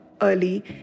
early